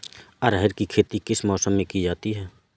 अरहर की खेती किस मौसम में की जाती है?